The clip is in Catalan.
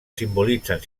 simbolitzen